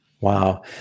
Wow